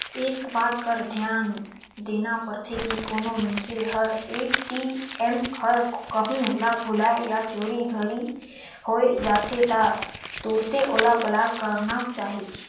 एक बात कर धियान देना परथे की कोनो मइनसे हर ए.टी.एम हर कहों ल भूलाए या चोरी घरी होए जाथे त तुरते ओला ब्लॉक कराना चाही